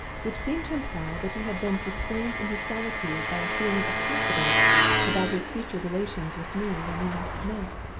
which seemed to imply that he had been sustained in his solitude by a feeling of confidence about his future relations with me when we next met.